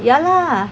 ya lah